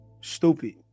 stupid